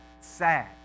sad